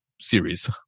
series